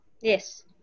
Yes